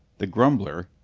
the grumbler,